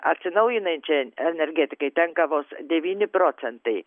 atsinaujinančiai energetikai tenka vos devyni procentai